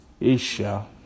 Asia